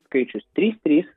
skaičius trys trys